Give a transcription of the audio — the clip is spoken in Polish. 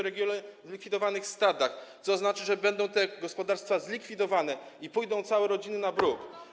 regionie zlikwidowanych stadach, co oznacza, że będą te gospodarstwa zlikwidowane i całe rodziny pójdą na bruk.